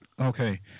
Okay